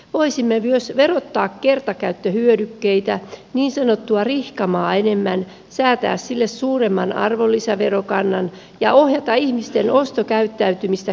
voisimme myös verottaa kertakäyttöhyödykkeitä niin sanottua rihkamaa enemmän säätää sille suuremman arvonlisäverokannan ja ohjata ihmisten ostokäyttäytymistä kestokulutustuotteisiin ja laatuun